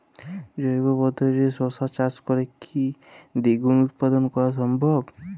জৈব পদ্ধতিতে শশা চাষ করে কি দ্বিগুণ উৎপাদন করা সম্ভব?